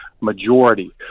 majority